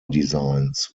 designs